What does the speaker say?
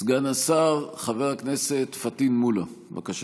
סגן השר חבר הכנסת פטין מולא, בבקשה.